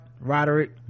roderick